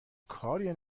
کاریه